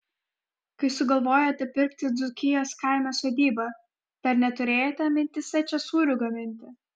kai sugalvojote pirkti dzūkijos kaime sodybą dar neturėjote mintyse čia sūrių gaminti